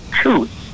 truth